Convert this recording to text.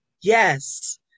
Yes